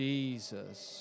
Jesus